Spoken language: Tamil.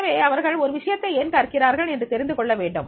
எனவே அவர்கள் ஒரு விஷயத்தை ஏன் கற்கிறார்கள் என்று தெரிந்துகொள்ள வேண்டும்